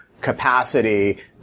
capacity